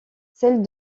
celle